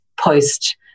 post